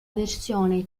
versione